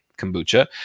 kombucha